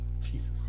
Jesus